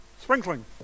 sprinkling